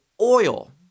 oil